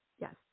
Yes